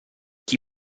chi